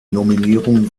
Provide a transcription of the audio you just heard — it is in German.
nominierung